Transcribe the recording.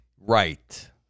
Right